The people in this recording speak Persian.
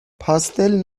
پاستل